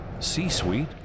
c-suite